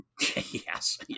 Yes